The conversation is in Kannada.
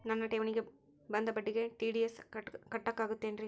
ನನ್ನ ಠೇವಣಿಗೆ ಬಂದ ಬಡ್ಡಿಗೆ ಟಿ.ಡಿ.ಎಸ್ ಕಟ್ಟಾಗುತ್ತೇನ್ರೇ?